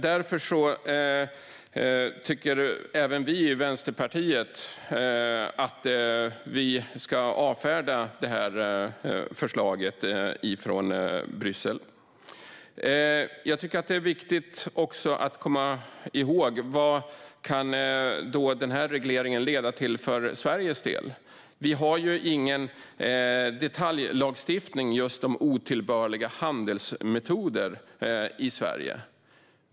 Därför tycker även vi i Vänsterpartiet att vi ska avfärda förslaget från Bryssel. Jag tycker att det är viktigt att komma ihåg vad regleringen kan leda till för Sveriges del. Vi har ingen detaljlagstiftning just om otillbörliga handelsmetoder i Sverige.